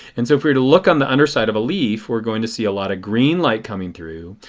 and so if we were to look on the underside of a leaf we are going to see a lot of green light coming through.